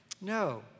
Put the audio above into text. No